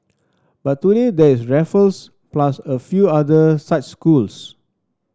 but today there is Raffles plus a few other such schools